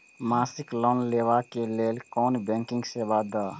मासिक लोन लैवा कै लैल गैर बैंकिंग सेवा द?